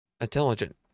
intelligent